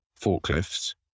forklifts